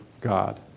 God